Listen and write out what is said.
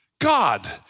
God